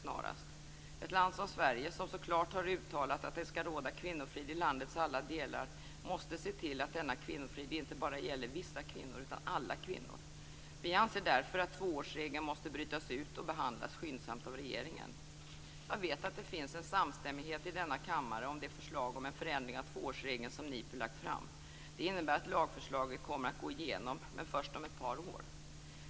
Ett land som Sverige, som så klart har uttalat att det skall råda kvinnofrid i landets alla delar, måste se till att denna kvinnofrid inte bara gäller vissa kvinnor utan att den gäller alla kvinnor. Vi anser därför att tvåårsregeln måste brytas ut och skyndsamt behandlas av regeringen. Jag vet att det finns en samstämmighet i denna kammare om det förslag om en förändring av tvåårsregeln som NIPU har lagt fram. Det innebär att lagförslaget kommer att gå igenom, men först om ett par år.